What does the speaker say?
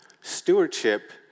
stewardship